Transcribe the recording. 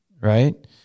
Right